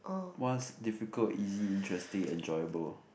what's difficult easy interesting enjoyable